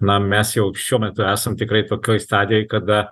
na mes jau šiuo metu esam tikrai tokioj stadijoj kada